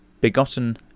begotten